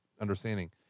understanding